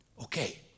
Okay